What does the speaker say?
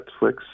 Netflix